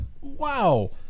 wow